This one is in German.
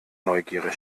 neugierig